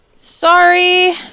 Sorry